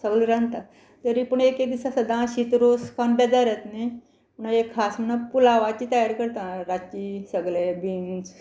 सगलें रांदता तरी पूण एक एक दिसा सदां शीत रोस खावन बेजार येता न्ही म्हणून खास म्हणून पुलावाची तयारी करता रातची सगळे बिन्स